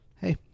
Hey